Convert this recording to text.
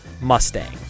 Mustang